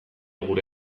gure